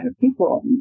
people